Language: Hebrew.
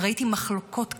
ראיתי מחלוקות קשות.